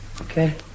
Okay